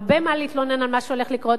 הרבה מה להתלונן על מה שהולך לקרות,